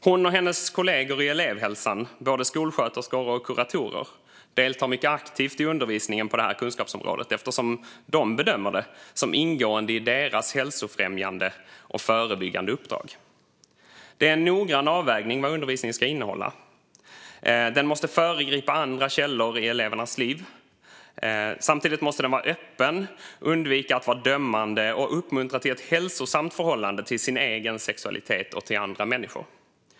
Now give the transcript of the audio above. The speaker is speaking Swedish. Hon och hennes kollegor i elevhälsan, både skolsköterskor och kuratorer, deltar mycket aktivt i undervisningen på det här kunskapsområdet, eftersom de bedömer det som ingående i deras hälsofrämjande och förebyggande uppdrag. Det är en noggrann avvägning av vad undervisningen ska innehålla. Den måste föregripa andra källor i elevernas liv. Samtidigt måste den vara öppen, undvika att vara dömande och uppmuntra till ett hälsosamt förhållande till ens egen sexualitet och till andra människor.